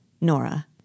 Nora